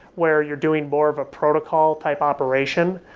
where you're doing more of a protocol type operation,